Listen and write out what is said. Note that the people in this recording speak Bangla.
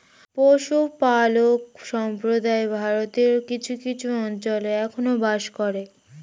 পশুপালক সম্প্রদায় ভারতের কিছু কিছু অঞ্চলে এখনো বাস করে